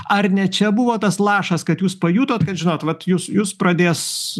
ar ne čia buvo tas lašas kad jūs pajutot kad žinot vat jus jus pradės